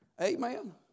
Amen